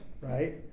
right